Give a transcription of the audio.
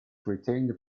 retained